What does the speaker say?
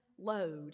load